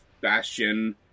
Bastion